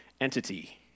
entity